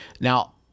Now